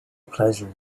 pleasure